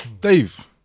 Dave